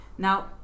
Now